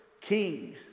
king